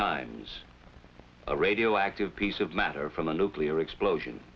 times a radioactive piece of matter from a nuclear explosion